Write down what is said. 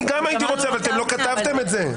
אני גם הייתי רוצה אבל אתם לא כתבתם את זה.